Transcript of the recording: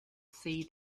see